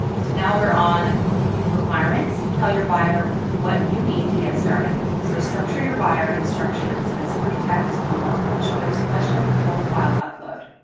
so now we're on requirements, tell your buyer what you need to get started. so structure your buyer instructions as free text, a multiple choice question or file upload.